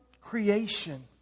creation